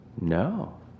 No